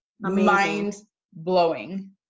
Mind-blowing